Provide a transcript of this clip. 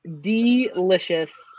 delicious